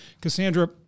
Cassandra